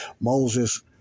Moses